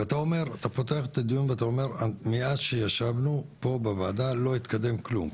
אתה פותח את הדיון ואומר שמאז שישבנו פה בוועדה לא התקדם כלום,